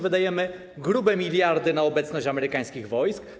Wydajemy grube miliardy na obecność amerykańskich wojsk.